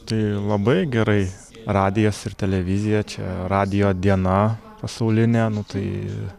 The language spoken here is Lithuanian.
tai labai gerai radijas ir televizija čia radijo diena pasaulinė nu tai